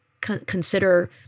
consider